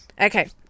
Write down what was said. Okay